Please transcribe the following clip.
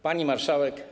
Pani Marszałek!